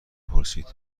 پرسید